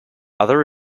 other